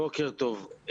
בוקר טוב.